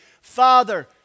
Father